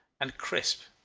and crisp,